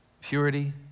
purity